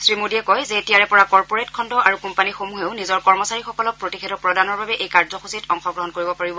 শ্ৰীমোদীয়ে কয় যে এতিয়াৰে পৰা কৰ্পৰেট খণ্ড আৰু কোম্পানীসমূহেও নিজৰ কৰ্মচাৰীসকলক প্ৰতিষেধক প্ৰদানৰ বাবে এই কাৰ্যসূচীত অংশ গ্ৰহণ কৰিব পাৰিব